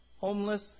homeless